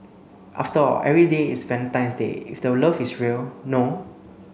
after all every day is Valentine's Day if the love is real no